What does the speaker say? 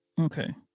okay